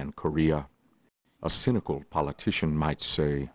and korea a cynical politician might say